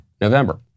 November